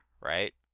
right